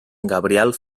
gabriel